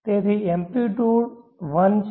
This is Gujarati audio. તેથી એમ્પ્લીટયુડ 1 છે